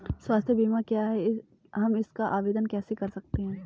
स्वास्थ्य बीमा क्या है हम इसका आवेदन कैसे कर सकते हैं?